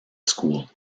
school